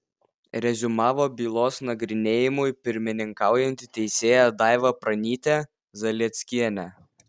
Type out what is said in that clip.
reziumavo bylos nagrinėjimui pirmininkaujanti teisėja daiva pranytė zalieckienė